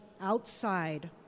outside